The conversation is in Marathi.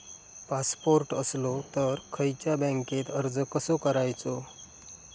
पासपोर्ट असलो तर खयच्या बँकेत अर्ज कसो करायचो?